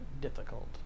difficult